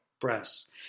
breasts